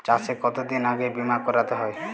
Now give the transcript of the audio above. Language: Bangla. চাষে কতদিন আগে বিমা করাতে হয়?